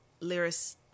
lyrics